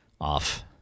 Off